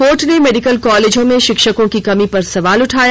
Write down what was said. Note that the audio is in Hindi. कोर्ट ने मेडिकल कॉलेजों में शिक्षकों की कमी पर सवाल उठाया